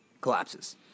collapses